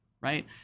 right